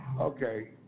Okay